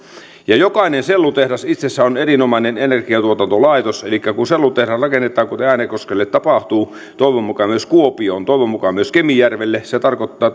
jokainen sellutehdas itsessään on erinomainen energiantuotantolaitos elikkä kun sellutehdas rakennetaan kuten äänekoskelle tapahtuu toivon mukaan myös kuopioon toivon mukaan myös kemijärvelle se tarkoittaa